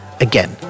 again